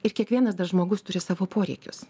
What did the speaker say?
ir kiekvienas dar žmogus turi savo poreikius